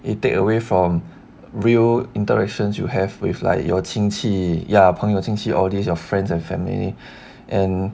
you take away from real interactions you have with like your 亲戚呀朋友亲戚 all this your friends and family and